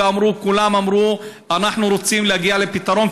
וכולם אמרו: אנחנו רוצים להגיע לפתרון,